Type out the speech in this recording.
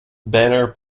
banner